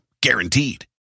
guaranteed